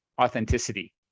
authenticity